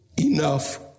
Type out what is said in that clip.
enough